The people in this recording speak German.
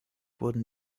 wurden